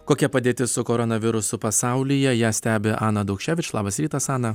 kokia padėtis su koronavirusu pasaulyje ją stebi ana daukševič labas rytas ana